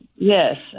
Yes